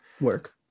Work